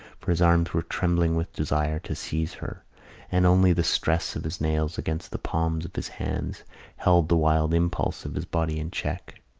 for his arms were trembling with desire to seize her and only the stress of his nails against the palms of his hands held the wild impulse of his body in check.